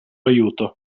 aiuto